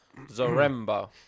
Zaremba